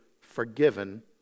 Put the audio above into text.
forgiven